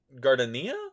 Gardenia